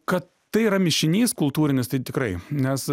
kad tai yra mišinys kultūrinis tai tikrai nes